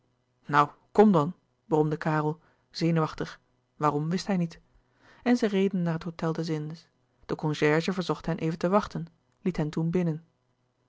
nou kom dan bromde karel zenuwachtig waarom wist hij niet en zij reden naar het hôtel des indes de concierge verzocht hen even te wachten liet hen toen binnen